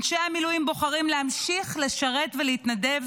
אנשי המילואים בוחרים להמשיך לשרת ולהתנדב